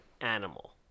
animal